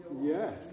yes